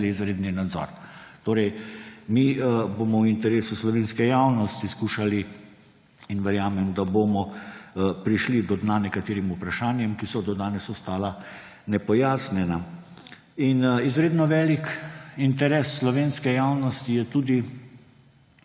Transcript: izredni nadzor. Torej mi bomo v interesu slovenske javnosti skušali in verjamem, da bomo prišli do dna nekaterim vprašanjem, ki so do danes ostala nepojasnjena. In izredno velik interes slovenske javnosti je tudi